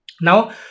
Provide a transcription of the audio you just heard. Now